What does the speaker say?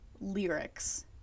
lyrics